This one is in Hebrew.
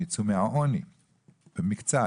והם יצאו מהעוני במקצת.